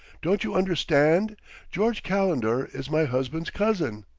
don't you understand george calendar is my husband's cousin!